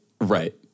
right